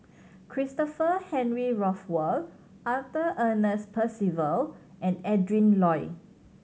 Christopher Henry Rothwell Arthur Ernest Percival and Adrin Loi